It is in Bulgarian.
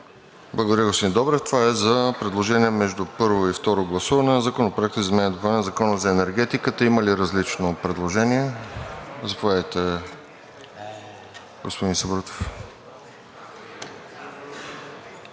Благодаря, господин Добрев. Това е за предложение между първо и второ гласуване на Законопроекта за изменение и допълнение на Закона за енергетиката. Има ли различно предложение? Заповядайте, господин Сабрутев.